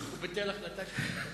הוא ביטל החלטה שלך.